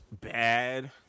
bad